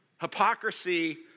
Hypocrisy